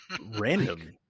Random